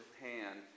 hand